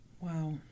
Wow